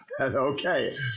okay